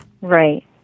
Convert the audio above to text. Right